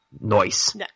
noise